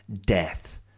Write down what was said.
death